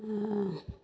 आ